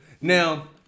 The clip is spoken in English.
Now